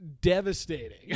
devastating